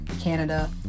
Canada